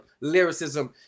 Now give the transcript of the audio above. lyricism